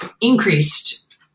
increased